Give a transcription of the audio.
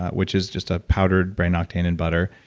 which is just a powdered brain octane and butter.